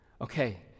Okay